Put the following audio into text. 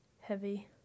heavy